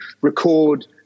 record